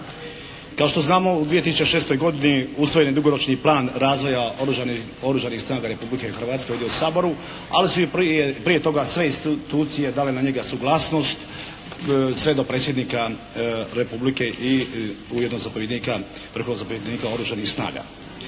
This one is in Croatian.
Kao što znamo u 2006. godini usvojen je dugoročni plan razvoja Oružanih snaga Republike Hrvatske ovdje u Saboru, ali su prije toga sve institucije dale na njega suglasnost sve do predsjednika Republike i ujedno zapovjednika, vrhovnog zapovjednika Oružanih snaga.